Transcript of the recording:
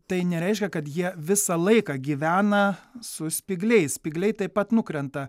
tai nereiškia kad jie visą laiką gyvena su spygliais spygliai taip pat nukrenta